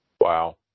wow